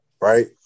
right